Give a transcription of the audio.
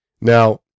Now